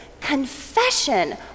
Confession